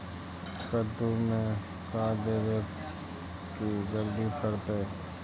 कददु मे का देबै की जल्दी फरतै?